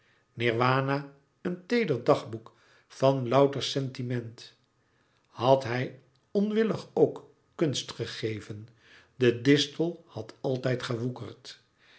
nirwana een teeder dagboek van louter sentiment had hij onwillig ook kunst gegeven de distel had altijd